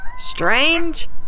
Strange